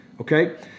Okay